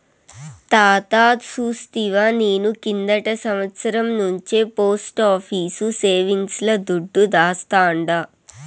తాతా సూస్తివా, నేను కిందటి సంవత్సరం నుంచే పోస్టాఫీసు సేవింగ్స్ ల దుడ్డు దాస్తాండా